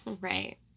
right